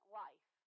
life